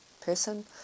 person